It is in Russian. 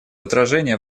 отражение